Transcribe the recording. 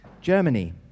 Germany